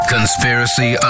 Conspiracy